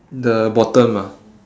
the bottom ah